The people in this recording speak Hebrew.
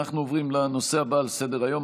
אנחנו עוברים לנושא הבא על סדר-היום,